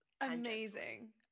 amazing